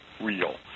real